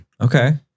Okay